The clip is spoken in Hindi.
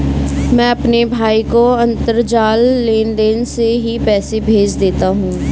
मैं अपने भाई को अंतरजाल लेनदेन से ही पैसे भेज देता हूं